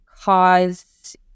cause